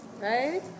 right